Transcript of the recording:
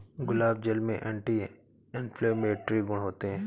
गुलाब जल में anti inflammatory गुण होते हैं